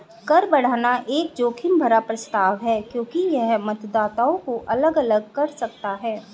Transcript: कर बढ़ाना एक जोखिम भरा प्रस्ताव है क्योंकि यह मतदाताओं को अलग अलग कर सकता है